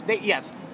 yes